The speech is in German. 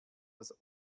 das